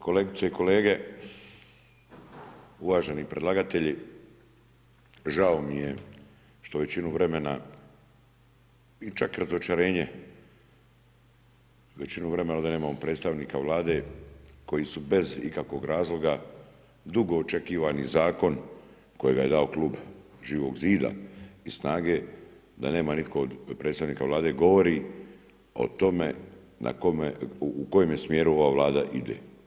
Kolegice i kolege, uvaženi predlagatelji žao mi je što većinu vremena i čak razočarenje većinu vremena ovdje nemamo predstavnika Vlade koji su bez ikakvog razloga dugo očekivani zakon kojega je dao klub Živog zida i SNAGA-e, da nema nitko od predstavnika Vlade govori o tome u kojem je smjeru ova Vlada ide.